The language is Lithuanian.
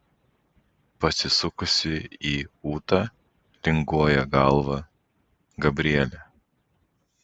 pasisukusi į ūtą linguoja galvą gabrielė